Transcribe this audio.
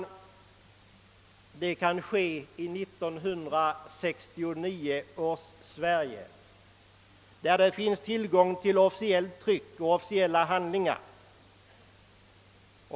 Sådant kan alltså hända i 1969 års Sverige, där det finns tillgång på officiellt tryck och officiella handlingar.